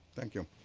thank you.